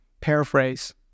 paraphrase